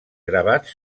gravats